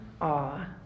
awe